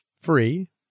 free